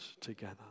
together